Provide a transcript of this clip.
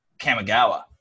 Kamigawa –